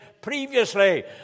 previously